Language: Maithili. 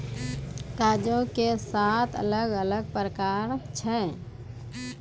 कागजो के सात अलग अलग प्रकार छै